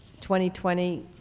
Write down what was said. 2020